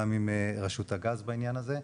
גם עם רשות הגז בעניין הזה.